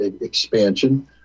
expansion